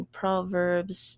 proverbs